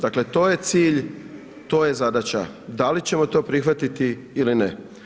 Dakle to je cilj, to je zadaća, da li ćemo to prihvatiti ili ne.